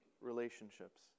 relationships